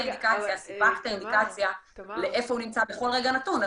סיפקת אינדיקציה איפה הוא נמצא בכל רגע נתון,